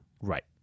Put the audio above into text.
Right